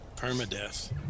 permadeath